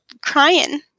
crying